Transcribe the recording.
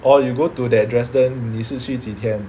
orh you go to that Dresden 你是去几天